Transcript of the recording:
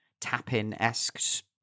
tap-in-esque